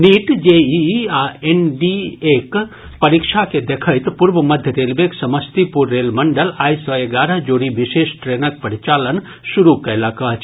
NEET JEE आ एनडीएक परीक्षा के देखैत पूर्व मध्य रेलवेक समस्तीपुर रेल मंडल आइ सँ एगारह जोड़ी विशेष ट्रेनक परिचालन शुरू कयलक अछि